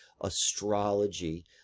astrology